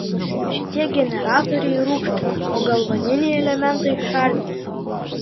šitie generatoriai rūgštiniai o galvaniniai elementai šarminiai